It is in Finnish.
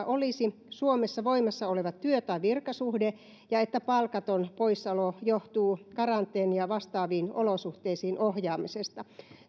olisi suomessa voimassa oleva työ tai virkasuhde ja että palkaton poissaolo johtuu karanteenia vastaaviin olosuhteisiin ohjaamisesta